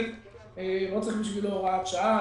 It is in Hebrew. לא צריך בשבילו הוראת שעה.